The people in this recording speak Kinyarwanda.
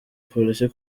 polisi